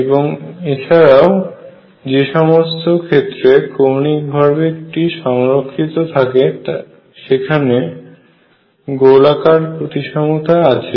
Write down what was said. এবং এছাড়াও যে সমস্ত ক্ষেত্রে কৌণিক ভরবেগ টি সংরক্ষিত থাকে সেখানে গোলাকার প্রতিসমতা আছে